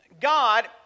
God